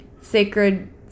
sacred